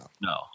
No